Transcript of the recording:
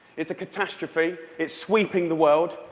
it's a catastrophe. it's sweeping the world.